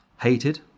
hated